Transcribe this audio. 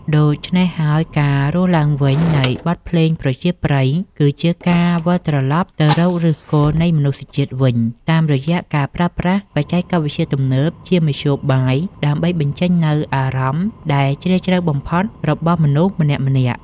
ដូច្នេះហើយ ការរស់ឡើងវិញនៃ បទភ្លេងប្រជាប្រិយ គឺជាការវិលត្រឡប់ទៅរកឫសគល់នៃមនុស្សជាតិវិញ តាមរយៈការប្រើប្រាស់បច្ចេកវិទ្យាទំនើបជាមធ្យោបាយដើម្បីបញ្ចេញនូវអារម្មណ៍ដែលជ្រាលជ្រៅបំផុតរបស់មនុស្សម្នាក់ៗ។